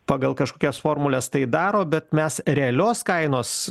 pagal kažkokias formules tai daro bet mes realios kainos